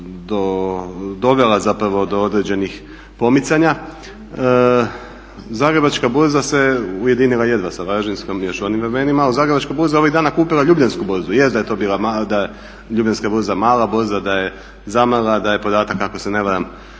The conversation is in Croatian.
dovela do određenih pomicanja. Zagrebačka burza se ujedinila jedna sa varaždinskom i još … Ali Zagrebačka burza ovih dana je kupila Ljubljansku burzu. Jest da je to bila, jest da je Ljubljanska burza mala burza, da je zamrla, da je podataka ako se na varam